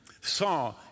saw